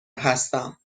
هستم